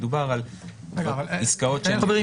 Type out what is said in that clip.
מדובר על עסקאות חריגות --- רגע אבל אין --- חברים,